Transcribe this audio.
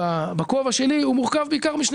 המאבק בפשיעה בכובע שלי מורכב בעיקר משני